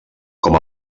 com